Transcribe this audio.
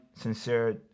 sincere